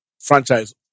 franchise